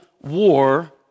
war